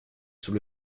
sous